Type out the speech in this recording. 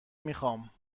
میخوام